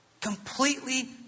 Completely